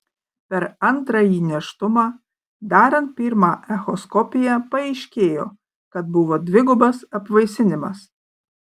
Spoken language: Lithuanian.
per antrąjį nėštumą darant pirmą echoskopiją paaiškėjo kad buvo dvigubas apvaisinimas